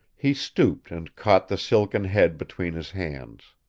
he stooped and caught the silken head between his hands.